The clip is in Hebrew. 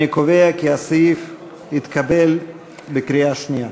אני קובע כי הסעיף התקבל בקריאה שנייה.